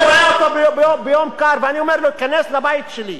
אני רואה אותו ביום קר ואני אומר לו: תיכנס לבית שלי,